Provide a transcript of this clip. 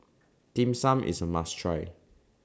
Dim Sum IS A must Try